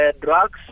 drugs